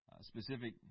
specific